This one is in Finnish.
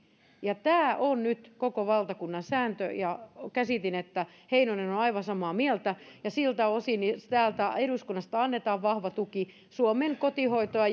tämä on nyt koko valtakunnan sääntö ja käsitin että heinonen on aivan samaa mieltä ja siltä osin täältä eduskunnasta annetaan vahva tuki suomen kotihoitoa